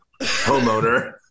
homeowner